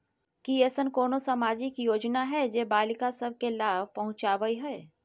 की ऐसन कोनो सामाजिक योजना हय जे बालिका सब के लाभ पहुँचाबय हय?